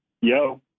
Yo